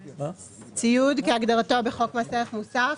"ציוד" כהגדרתו בחוק מס ערך מוסף,